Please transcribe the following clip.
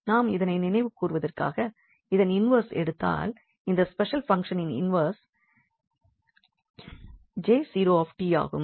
நாம் இதனை நினைவுகூருவதற்காக இதன் இன்வெர்ஸ் எடுத்தால் இந்த ஸ்பெஷல் பங்க்ஷனின் இன்வெர்ஸ் 𝐽0𝑡 ஆகும்